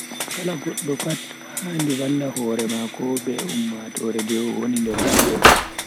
Kala goddo pat handi valla hore mako be ummatoore je o woni nder mabbe.